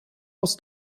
aus